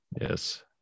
yes